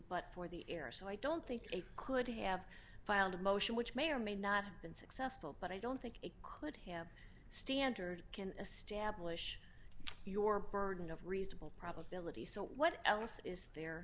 but for the error so i don't think they could have filed a motion which may or may not have been successful but i don't think it could have standard can establish your burden of reasonable probability so what else is there